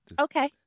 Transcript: Okay